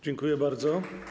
Dziękuję bardzo.